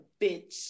bitch